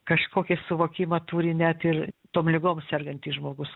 kažkokį suvokimą turi net ir tom ligom sergantis žmogus